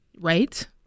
Right